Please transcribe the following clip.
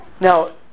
now